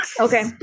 Okay